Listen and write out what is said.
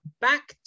back